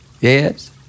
Yes